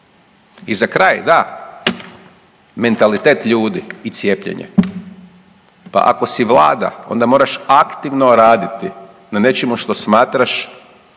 I za kraj da, mentalitet ljudi i cijepljenje. Pa ako si vlada onda moraš aktivno raditi na nečemu što smatraš